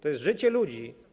To jest życie ludzi.